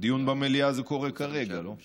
דיון במליאה זה קורה כרגע, לא?